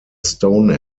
stone